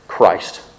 Christ